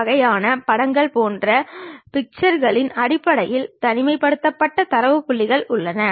சித்திர வரைபடம் நமக்கு நேரடியாக பொருளின் காட்சிப்படுத்தலை தருகிறது